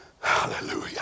Hallelujah